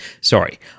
Sorry